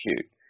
shoot